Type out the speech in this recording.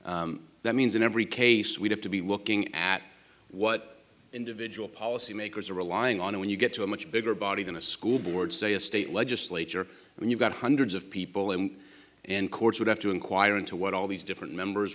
classification that means in every case we have to be looking at what individual policy makers are relying on when you get to a much bigger body than a school board say a state legislature when you've got hundreds of people in in courts would have to inquire into what all these different members